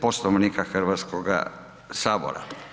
Poslovnika Hrvatskoga sabora.